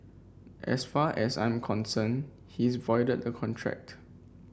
as far as I'm concerned he's voided the contract